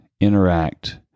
interact